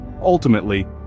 ultimately